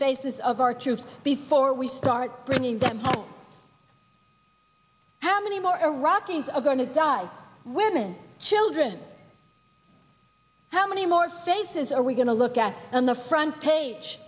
faces of our troops before we start bringing them home how many more iraq is of going to die where men children how many more faces are we going to look at on the front page